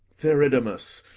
theridamas,